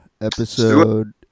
Episode